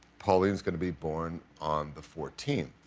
pauline's going to be born on the fourteenth.